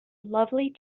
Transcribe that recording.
lovely